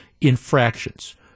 infractions